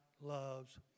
loves